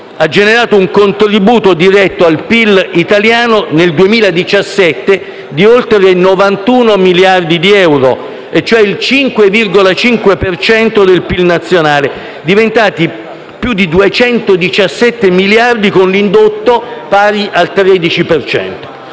ha generato un contributo diretto al PIL italiano di oltre 91 miliardi di euro, cioè il 5,5 per cento del PIL nazionale, diventati più di 217 miliardi con l'indotto, pari al 13